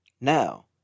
Now